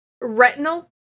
Retinal